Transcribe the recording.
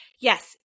Yes